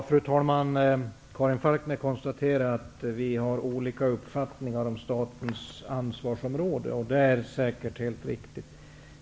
Fru talman! Karin Falkmer konstaterar att vi har olika uppfattningar om statens ansvarsområde, och det är säkert helt riktigt.